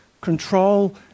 control